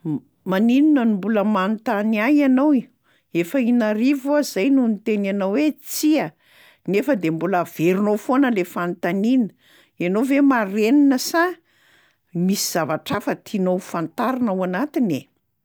"M- maninona no mbola manontany ahy ianao, efa in'arivo aho zay no niteny anao hoe tsia! Nefa de mbola averinao foana le fanontaniana. Ianao ve marenina sa misy zavatra hafa tianao ho fantarina ao anatiny e!?"